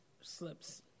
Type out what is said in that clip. slips